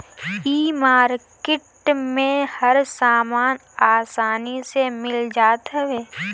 इ मार्किट में हर सामान आसानी से मिल जात हवे